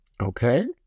Okay